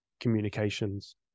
communications